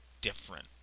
different